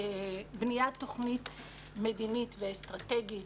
בניית תוכנית מדינית ואסטרטגית.